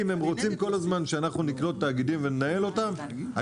אם הם רוצים כל הזמן שאנחנו נקלוט תאגידים וננהל אותם,